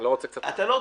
קודם כל,